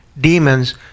demons